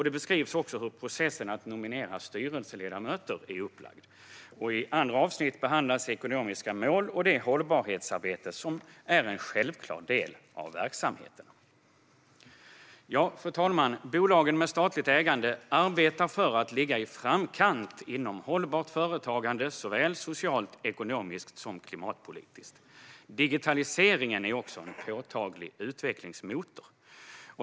Det beskrivs också hur processen att nominera styrelseledamöter är upplagd. I andra avsnitt behandlas ekonomiska mål och det hållbarhetsarbete som är en självklar del av verksamheten. Fru talman! Bolagen med statligt ägande arbetar för att ligga i framkant inom hållbart företagande såväl socialt och ekonomiskt som klimatpolitiskt. Digitaliseringen är också en påtaglig utvecklingsmotor.